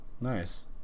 Nice